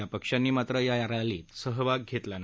या पक्षांनी मात्र या रॅलीत सहभाग घेतला नाही